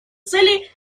цели